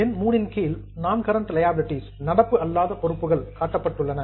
என் 3 இன் கீழ் நான் கரெண்ட் லியாபிலிடீஸ் நடப்பு அல்லாத பொறுப்புகள் காட்டப்பட்டுள்ளன